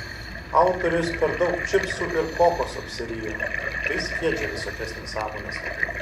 autorius per daug čipsų ir kokos apsirijo tai skiedžia visokias nesąmones